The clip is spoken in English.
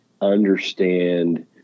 understand